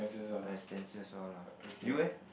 expenses all lah you eh